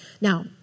Now